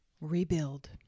Rebuild